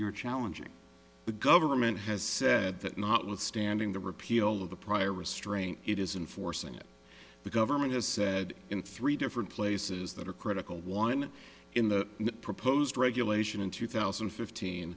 you're challenging the government has said that notwithstanding the repeal of the prior restraint it isn't forcing it the government has said in three different places that are critical wanted in the proposed regulation in two thousand and fifteen